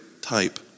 type